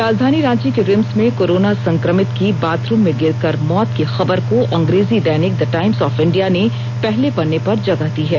राजधानी रांची के रिम्स में कोरोना संक्रमित की बाथरूम में गिरकर मौत की खबर को अंग्रेजी दैनिक द टाइम्स ऑफ इंडिया ने पहले पन्ने पर जगह दी है